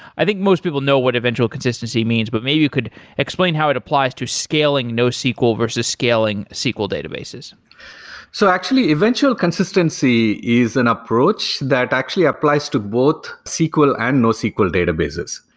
i think most people know what eventual consistency means, but maybe you could explain how it applies to scaling nosql versus scaling sql databases so actually eventual consistency is an approach that actually applies to both sql and nosql databases.